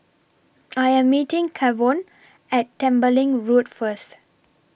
I Am meeting Kavon At Tembeling Road First